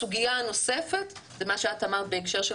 הסוגיה הנוספת זה מה שאת אמרת בהקשר של